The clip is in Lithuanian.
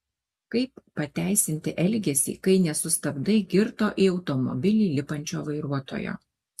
kaip pateisinti elgesį kai nesustabdai girto į automobilį lipančio vairuotojo